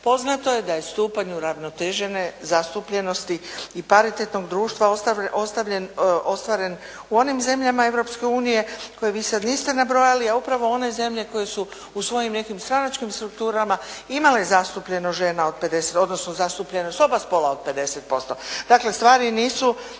Poznato je da je stupanj uravnotežene zastupljenosti i paritetnog društva ostvaren u onim zemljama Europske unije koje vi sad niste nabrojali, a upravo one zemlje koje su u svojim nekim stranačkim strukturama imale zastupljenost žena od, odnosno zastupljenost oba spola od 50%. Dakle, stvari nisu